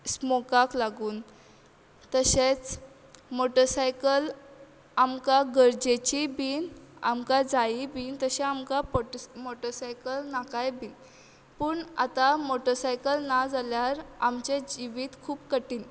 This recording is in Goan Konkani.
स्मोकाक लागून तशेंच मोटसायकल आमकां गरजेची बीन आमकां जायी बीन तशें आमकां पटस मोटसायकल नाकाय बीन पूण आतां मोटसायकल ना जाल्यार आमचें जिवीत खूब कठीण